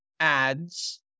ads